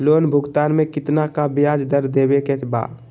Loan भुगतान में कितना का ब्याज दर देवें के बा?